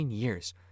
years